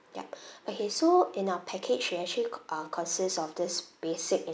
yup okay so in our package you actually uh consist of this basic